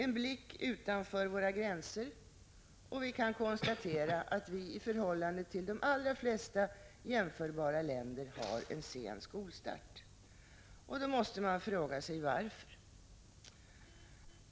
En blick utanför våra gränser — och vi kan konstatera, att vi i förhållande till de allra flesta jämförbara länder har en sen skolstart. Då måste man fråga sig varför.